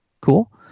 cool